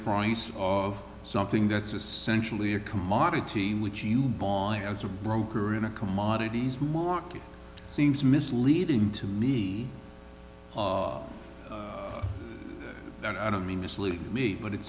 price of something that's essentially a commodity which you bomb as a broker in a commodities walked seems misleading to me and i don't mean mislead me but it